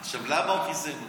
עכשיו, למה הוא חיסן אותו?